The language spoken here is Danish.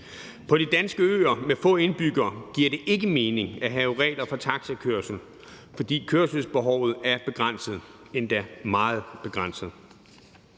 På de danske øer med få indbyggere giver det ikke mening at have regler for taxakørsel, fordi kørselsbehovet er begrænset, endda meget begrænset.